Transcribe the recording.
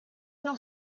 noch